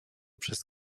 przez